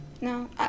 No